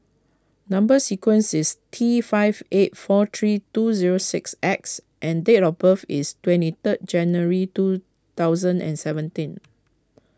Number Sequence is T five eight four three two zero six X and date of birth is twenty third January two thousand and seventeen